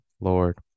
Lord